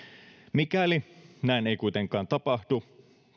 mikäli näin ei kuitenkaan tapahdu